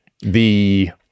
the-